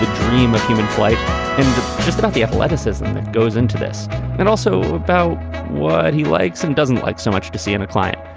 dream of human flight about the athleticism that goes into this and also about what he likes and doesn't like so much to see in the client.